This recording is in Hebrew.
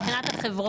מבחינת החברות,